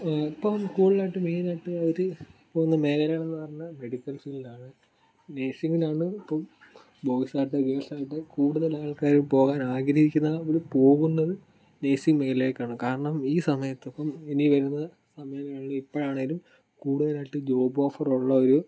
ഇപ്പം കൂടുതലായിട്ടും മെയിനായിട്ടും അവർ പോകുന്ന മേഖലകളെന്നു പറഞ്ഞാൽ മെഡിക്കൽ ഫീൽഡാണ് നഴ്സിംഗിനാണ് ഇപ്പം ബോയ്സ് ആകട്ടെ ഗേൾസ് ആകട്ടെ കൂടുതൽ ആൾക്കാരും പോകാൻ ആഗ്രഹിക്കുന്നത് അവർ പോകുന്നത് നഴ്സിംഗ് മേഖലയിലേക്കാണ് കാരണം ഈ സമയത്ത് ഇപ്പം ഇനി വരുന്ന സമയമാണെങ്കിലും ഇപ്പോഴാണെങ്കിലും കൂടുതലായിട്ട് ജോബ് ഓഫർ ഉള്ള ഒരു